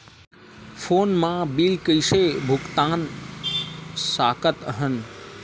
Phone मा bill कइसे भुक्तान साकत हन?